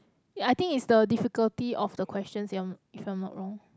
ya I think it's the difficulty of the questions i~ if I am not wrong